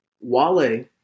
Wale